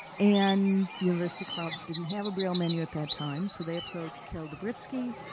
and the university club didn't have a braille menu at that time, so they approached carol dubriski,